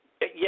Yes